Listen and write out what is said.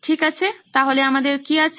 ঠিক আছেতাহলে আমাদের কি আছে